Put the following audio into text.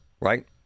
right